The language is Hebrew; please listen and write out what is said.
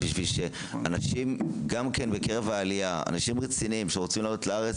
בשביל שאנשים רציניים שרוצים לעלות לארץ